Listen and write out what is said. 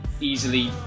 easily